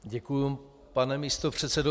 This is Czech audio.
Děkuji, pane místopředsedo.